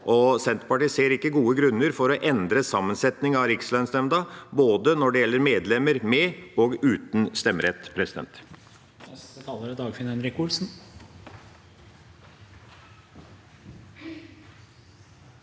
Senterpartiet ser ikke at det er gode grunner for å endre sammensetning av Rikslønnsnemnda når det gjelder medlemmer med og uten stemmerett.